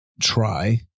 try